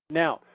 now,